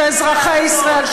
שאזרחי ישראל,